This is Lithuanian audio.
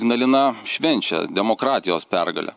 ignalina švenčia demokratijos pergalę